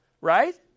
Right